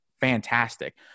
fantastic